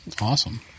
awesome